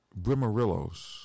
brimarillos